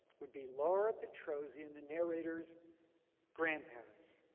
would be laura petrosian, the narrator's grandparents.